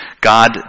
God